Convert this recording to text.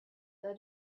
that